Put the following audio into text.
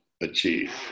achieve